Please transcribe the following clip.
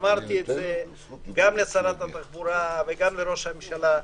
אמרתי את זה גם לשרת התחבורה וגם לראש הממשלה,